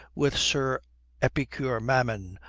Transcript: with sir epicure mammon,